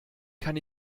kann